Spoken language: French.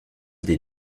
des